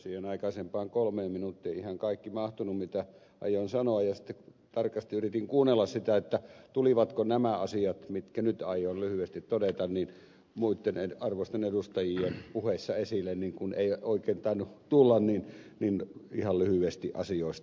siihen aikaisempaan kolmeen minuuttiin ei mahtunut ihan kaikki mitä aioin sanoa ja sitten tarkasti yritin kuunnella sitä tulivatko nämä asiat mitkä nyt aion lyhyesti todeta muitten arvoisten edustajien puheissa esille ja kun eivät oikein tainneet tulla niin ihan lyhyesti asioista